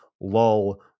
lull